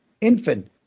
infant